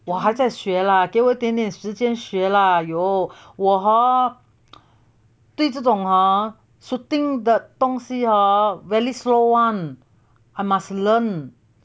我还在学啦给我一点点的时间学啦 !haiyo! 我 hor 对这种 hor shooting 的东西 hor very slow [one] I must learn